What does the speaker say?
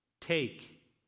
Take